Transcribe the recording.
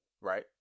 right